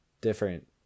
different